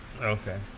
Okay